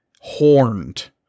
horned